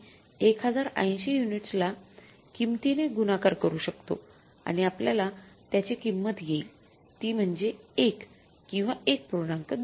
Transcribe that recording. आपण या ठिकाणी १०८० युनिट्स ला किमतीने गुणाकार करू शकतो आणि आपल्याला त्याची किंमत येईल ती म्हणजे १ किंवा १